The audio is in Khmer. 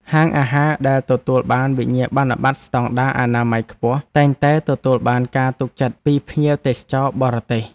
ហាងអាហារដែលទទួលបានវិញ្ញាបនបត្រស្តង់ដារអនាម័យខ្ពស់តែងតែទទួលបានការទុកចិត្តពីភ្ញៀវទេសចរបរទេស។